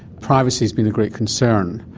privacy has been a great concern,